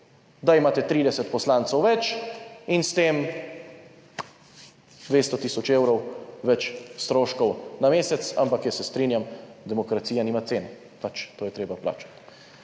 da imate 30 poslancev več in s tem 200 tisoč evrov več stroškov na mesec. Ampak jaz se strinjam, demokracija nima cene, pač, to je treba plačati.